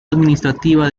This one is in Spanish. administrativa